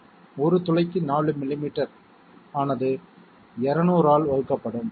1 துளைக்கு 4 மில்லிமீட்டர் ஆனது 200 ஆல் வகுக்கப்படும்